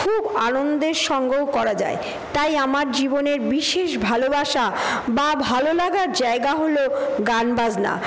খুব আনন্দের সঙ্গেও করা যায় তাই আমার জীবনের বিশেষ ভালোবাসা বা ভালোলাগার জায়গা হলো গানবাজনা